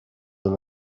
and